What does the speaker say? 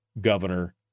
Governor